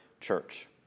Church